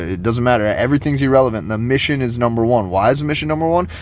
it doesn't matter. everything's irrelevant. the mission is number one, why is mission number one.